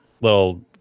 little